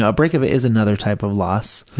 know, a break-up is another type of loss.